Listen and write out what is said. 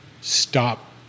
stop